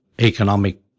economic